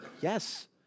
Yes